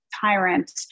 tyrant